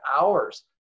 hours